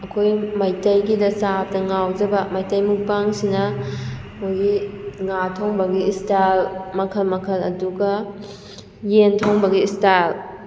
ꯑꯩꯈꯣꯏ ꯃꯩꯇꯩꯒꯤꯗ ꯆꯥꯕꯗ ꯉꯥꯎꯖꯕ ꯃꯩꯇꯩ ꯃꯨꯛꯕꯥꯡꯁꯤꯅ ꯃꯣꯏꯒꯤ ꯉꯥ ꯊꯣꯡꯕꯒꯤ ꯏꯁꯇꯥꯏꯜ ꯃꯈꯜ ꯃꯈꯜ ꯑꯗꯨꯒ ꯌꯦꯟ ꯊꯣꯡꯕꯒꯤ ꯏꯁꯇꯥꯏꯜ